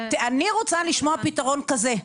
אני רוצה לשמוע פתרון כזה: